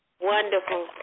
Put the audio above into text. Wonderful